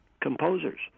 composers